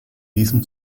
diesem